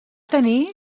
tenir